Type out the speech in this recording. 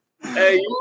Hey